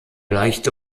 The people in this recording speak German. leichte